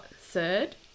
third